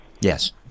yes